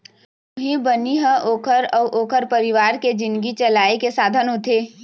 उहीं बनी ह ओखर अउ ओखर परिवार के जिनगी चलाए के साधन होथे